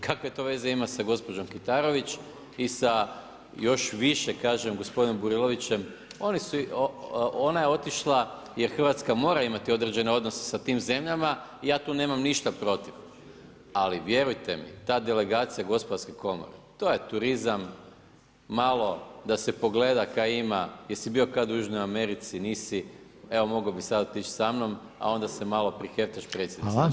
Kakve to veze ima sa gospođom Kitarović i sa još više kažem, gospodinom Burilovićem, ona je otišla jer Hrvatska mora imati određene odnose sa tim zemljama, ja tu nemam ništa protiv, ali vjerujte mi, ta delegacija gospodarske komore, to je turizam, malo da se pogleda kaj ima, jesi bio kad u Južnoj Americi, nisi, evo mogao bi sad otići sa mnom, a onda se malo priheftaš Predsjednici.